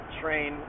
train